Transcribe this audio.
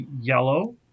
yellow